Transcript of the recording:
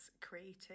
created